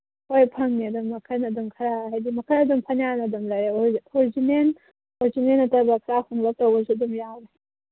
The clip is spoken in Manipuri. ꯍꯣꯏ ꯐꯪꯉꯦ ꯃꯈꯜ ꯑꯗꯨꯝ ꯈꯔ ꯍꯥꯏꯗꯤ ꯃꯈꯜ ꯑꯗꯨꯝ ꯐꯅꯌꯥꯝ ꯑꯗꯨꯝ ꯂꯩꯔꯦ ꯑꯩꯈꯣꯏꯁꯨ ꯑꯣꯔꯤꯖꯤꯅꯦꯜ ꯑꯣꯔꯤꯖꯤꯅꯦꯜ ꯅꯠꯇꯕ ꯈꯔ ꯍꯣꯡꯂꯞ ꯇꯧꯕꯁꯨ ꯑꯗꯨꯝ ꯌꯥꯎꯋꯦ